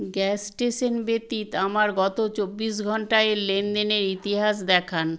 gas station ব্যতীত আমার গত চব্বিশ ঘন্টা এর লেনদেনের ইতিহাস দেখান